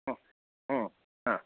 हा